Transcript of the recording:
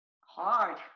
hard